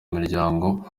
imiryango